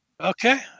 Okay